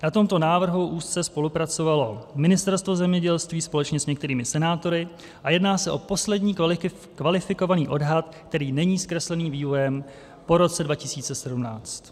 Na tomto návrhu úzce spolupracovalo Ministerstvo zemědělství společně s některými senátory a jedná se o poslední kvalifikovaný odhad, který není zkreslený vývojem po roce 2017.